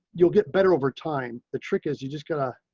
you'll get better over time. the trick is you just gotta